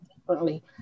differently